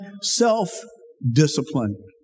self-discipline